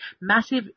massive